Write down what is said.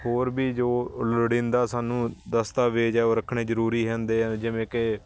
ਹੋਰ ਵੀ ਜੋ ਲੋੜੀਂਦਾ ਸਾਨੂੰ ਦਸਤਾਵੇਜ਼ ਆ ਉਹ ਰੱਖਣੇ ਜ਼ਰੂਰੀ ਹੁੰਦੇ ਆ ਜਿਵੇਂ ਕਿ